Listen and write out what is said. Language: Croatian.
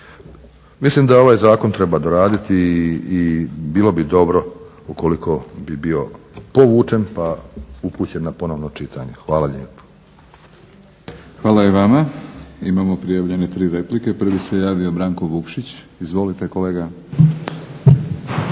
Mislim da ovaj zakon treba doraditi i bilo bi dobro ukoliko bi bio povučen pa upućen na ponovno čitanje. Hvala lijepo. **Batinić, Milorad (HNS)** Hvala i vama. Imamo prijavljene tri replike. Prvi se javio Branko Vukšić. Izvolite kolega.